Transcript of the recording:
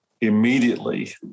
immediately